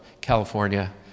California